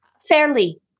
Fairly